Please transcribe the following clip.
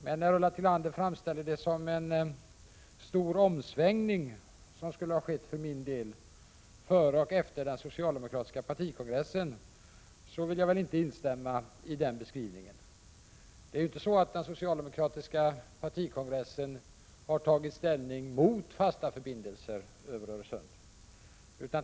Men när Ulla Tillander framställer det som om en stor omsvängning skulle ha skett för min del efter den socialdemokratiska partikongressen vill jag inte instämma i hennes beskrivning. Det är ju inte så att den socialdemokratiska partikongressen har tagit ställning mot fasta förbindelser över Öresund.